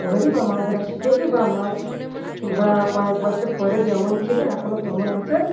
ধরি বা মাছ ধরা শিখেছি বা মাছ ধরার কয়েক বছর পরে যেমন ছিলো এখনও তেমন আছে